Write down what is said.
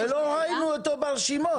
ולא ראינו אותו ברשימות.